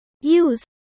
Use